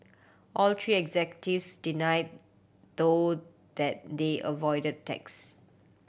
all three executives denied though that they avoided tax